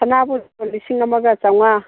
ꯁꯅꯥꯕꯨꯟꯗꯣ ꯂꯤꯁꯤꯡ ꯑꯃꯒ ꯆꯥꯝꯃꯉꯥ